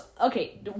Okay